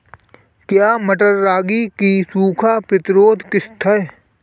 क्या मटर रागी की सूखा प्रतिरोध किश्त है?